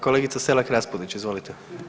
Kolegica Selak-Raspudić, izvolite.